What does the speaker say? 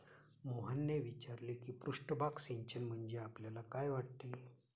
मोहनने विचारले की पृष्ठभाग सिंचन म्हणजे आपल्याला काय वाटते?